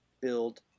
build